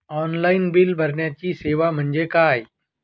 Online bill भरण्याची सेवा म्हणजे काय?